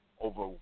over